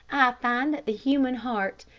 find that the human heart,